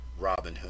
Robinhood